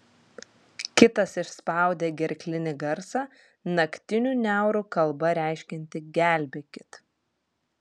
kitas išspaudė gerklinį garsą naktinių niaurų kalba reiškiantį gelbėkit